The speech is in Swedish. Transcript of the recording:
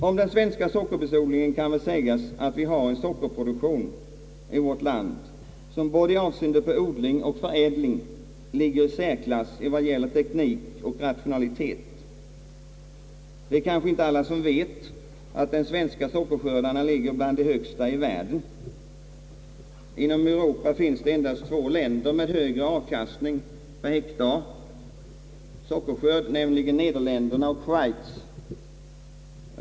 Om den svenska sockerbetsodlingen kan sägas att vi har en sockerproduktion som både med avseende på odling och förädling ligger i särklass vad gäller teknik och rationalitet. Det är kanske inte alla som vet att de svenska sockerskördarna ligger bland de högsta i världen. Inom Europa finns endast två länder med högre avkastning per hektar, nämligen Nederländerna och Schweiz.